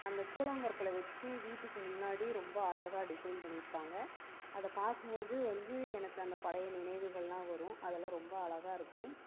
அந்த கூழாங்கற்கள் வச்சு வீட்டுக்கு முன்னாடி ரொம்ப அழகாக டிசைன் பண்ணியிருப்பாங்க அதை பார்க்கும் போது வந்து எனக்கு அந்த பழைய நினைவுகள்லாம் வரும் அதெல்லாம் ரொம்ப அழகாக இருக்கும்